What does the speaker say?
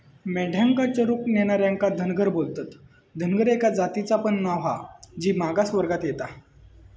मेंढ्यांका चरूक नेणार्यांका धनगर बोलतत, धनगर एका जातीचा पण नाव हा जी मागास वर्गात येता